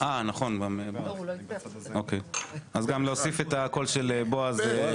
להוסיף את הקול של בועז.